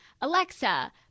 Alexa